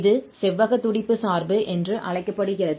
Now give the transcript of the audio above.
இது செவ்வக துடிப்பு சார்பு என்று அழைக்கப்படுகிறது